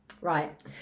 Right